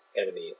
enemy